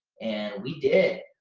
and we did.